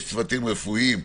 יש צוותים רפואיים,